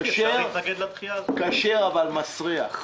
כשר אבל מסריח.